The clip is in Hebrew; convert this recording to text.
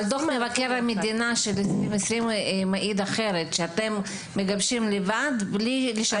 אבל דוח מבקר המדינה מעיד אחרת שאתם מגבשים לבד מבלי לשתף אותם.